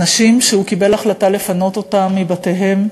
אנשים שהוא קיבל החלטה לפנות אותם מבתיהם,